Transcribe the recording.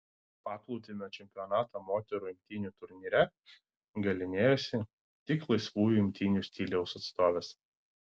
paplūdimio čempionato moterų imtynių turnyre galynėjosi tik laisvųjų imtynių stiliaus atstovės